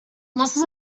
nostres